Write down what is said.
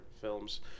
films